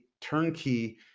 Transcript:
turnkey